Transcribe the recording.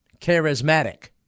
charismatic